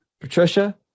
patricia